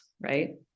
right